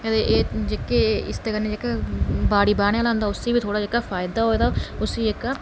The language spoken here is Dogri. ते एह् जेह्के इसदे कन्नै जेह्का बाड़ी बाह्ने आह्ला होंदा उसी बी थोह्ड़ा फायदा होऐ तां